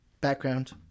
background